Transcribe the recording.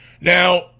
Now